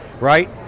Right